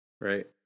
right